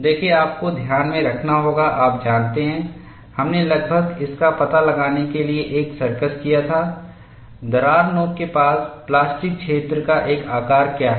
देखें आपको ध्यान में रखना होगा आप जानते हैं हमने लगभग इसका पता लगाने के लिए एक सर्कस किया था दरार नोक के पास प्लास्टिक क्षेत्र का एक आकार क्या है